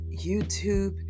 YouTube